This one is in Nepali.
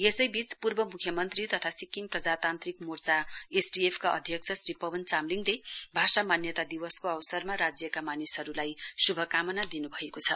यसैबीच पूर्व म्ख्यमन्त्री तथा सिक्किम प्रजातान्त्रिक मोर्चा एसडिएफ का अध्यक्ष श्री पवन चामलिङले भाषा मान्यता दिवसको अवसरमा राज्यका मानिसहरूलाई श्भकामना दिन्भएको छ